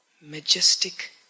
majestic